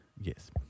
yes